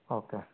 okay